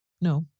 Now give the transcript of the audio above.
No